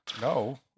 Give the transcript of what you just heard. No